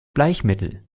bleichmittel